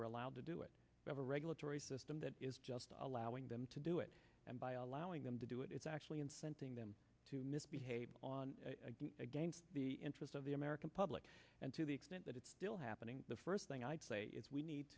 were allowed to do it over regulatory system that is just allowing them to do it and by allowing them to do it it's actually incenting them to misbehave on against the interest of the american public and to the extent that it's still happening the first thing i'd say is we need